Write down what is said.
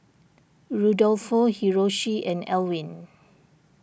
Rudolfo Hiroshi and Elwin